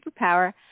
Superpower